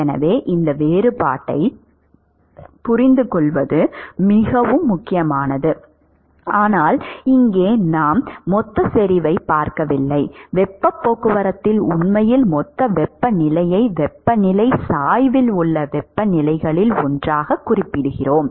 எனவே இந்த வேறுபாட்டைப் புரிந்துகொள்வது மிகவும் முக்கியமானது ஆனால் இங்கே நாம் மொத்த செறிவைப் பார்க்கவில்லை வெப்பப் போக்குவரத்தில் உண்மையில் மொத்த வெப்பநிலையை வெப்பநிலை சாய்வில் உள்ள வெப்பநிலைகளில் ஒன்றாகக் குறிப்பிடலாம்